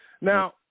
Now